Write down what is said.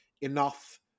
enough